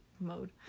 mode